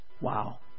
Wow